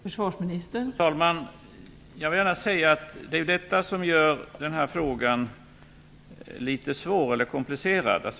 Fru talman! Jag vill gärna säga att det är just detta som gör den här frågan litet komplicerad.